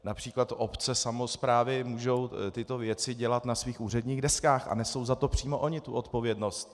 Například obce, samosprávy mohou tyto věci dělat na svých úředních deskách a nesou za to přímo ony odpovědnost.